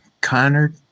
Connor